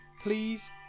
Please